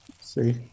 See